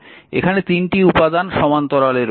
এখানে 3টি উপাদান সমান্তরালে রয়েছে